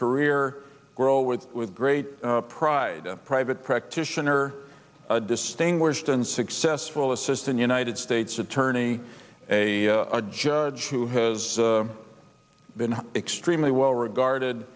career grow with with great pride private practitioner a distinguished and successful assistant united states attorney a judge who has been extremely well regard